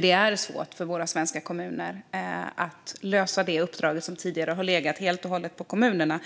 Det är svårt för svenska kommuner att lösa det uppdrag som tidigare helt och hållet har legat på dem